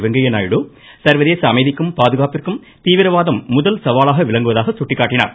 வெங்கைய நாயுடு சர்வதேச அமைதிக்கும் பாதுகாப்பிற்கும் தீவிரவாதம் முதல் சவாலாக விளங்குவதாக சுட்டிக்காட்டினார்